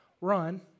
Run